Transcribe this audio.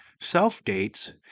self-dates